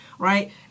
Right